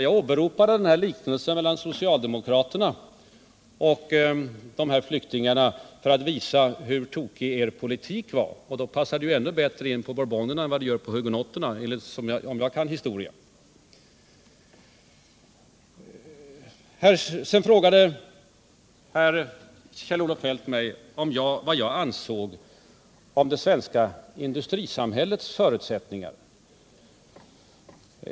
Jag åberopade ju likheten mellan socialdemokraterna och ifrågavarande flyktingar för att visa hur tokig er politik var, och då passar det ännu bättre med bourbonerna än med hugenotterna, om jag rätt har förstått Kjell-Olof Feldts egen karakteristik av de två grupperna. Kjell-Olof Feldt frågade mig vad jag ansåg om det svenska industrisamhällets förutsättningar.